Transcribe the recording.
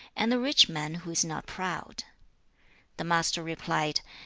and the rich man who is not proud the master replied,